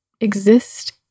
exist